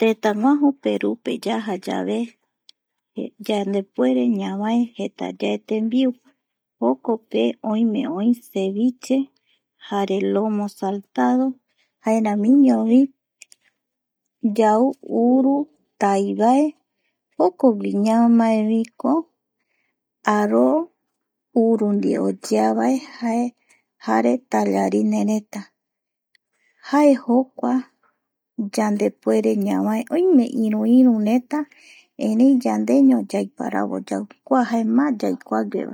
Tëtäguaju Perupe yaja yave yandepuere ñavae jeta yae tembiu jokope ome oï seviche jare lomo saltado, jaeramiñovi yau urutïvae jokogui ñamaeviko aró uru nde oyeavae jare tallarinereta jae jokua yandepuere ñavae, oime iru, irureta erei yandeño yaiparavo yau kua jae má yauvae